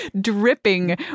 dripping